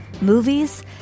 movies